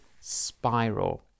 spiral